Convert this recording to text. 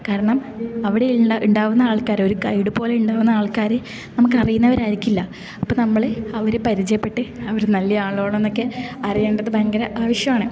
കാരണം അവിടെ ഉള്ള ഉണ്ടാകുന്ന ആൾക്കാര് ഒരു ഗൈഡ് പോലെ ഉണ്ടാകുന്ന ആൾക്കാര് നമുക്ക് അറിയുന്നവരായിരിക്കില്ല അപ്പം നമ്മള് അവരെ പരിചയപ്പെട്ട് അവര് നല്ല ആളാണൊന്നൊക്കെ അറിയേണ്ടത് ഭയങ്കര ആവശ്യമാണ്